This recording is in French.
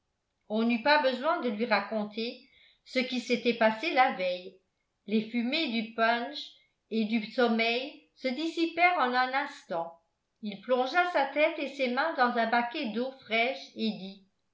on n'eut pas besoin de lui raconter ce qui s'était passé la veille les fumées du punch et du sommeil se dissipèrent en un instant il plongea sa tête et ses mains dans un baquet d'eau fraîche et dit